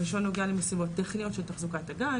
הראשון נוגע למשימות טכניות של תחזוקת הגן,